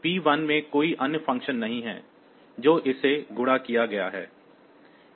P1 में कोई अन्य फ़ंक्शन नहीं है जो इसमें गुणा किया गया है